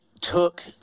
took